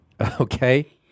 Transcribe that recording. Okay